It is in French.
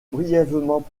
brièvement